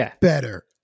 better